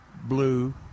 Blue